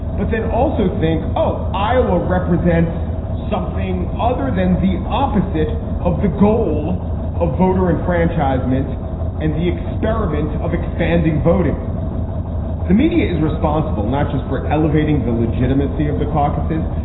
but then also think, oh, oh, iowa represents something other than the opposite of the goal of voter and franchise meant and the experiment of expanding voting the media is responsible not just for elevating the legitimacy of the caucuses,